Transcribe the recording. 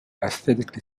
aesthetically